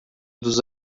dos